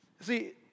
See